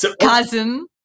Cousin